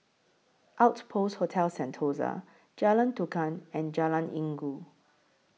Outpost Hotel Sentosa Jalan Tukang and Jalan Inggu